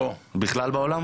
בכלל בעולם?